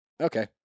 okay